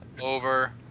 Over